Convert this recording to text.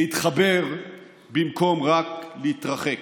להתחבר במקום רק להתרחק,